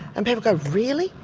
and people go really,